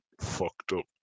fucked-up